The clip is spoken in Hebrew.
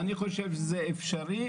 אני חושב שזה אפשרי,